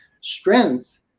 strength